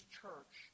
church